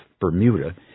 Bermuda